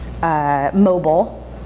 Mobile